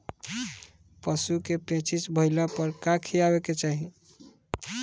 पशु क पेचिश भईला पर का खियावे के चाहीं?